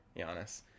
Giannis